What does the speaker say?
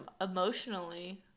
emotionally